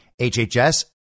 HHS